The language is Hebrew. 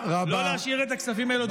לא להשאיר את הכספים האלה,